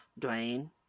Dwayne